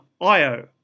Io